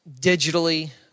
digitally